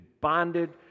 bonded